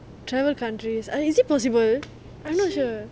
travel countries eh is it possible I'm not sure